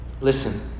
Listen